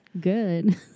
good